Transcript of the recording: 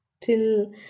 till